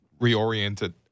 reoriented